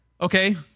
Okay